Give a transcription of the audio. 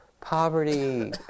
poverty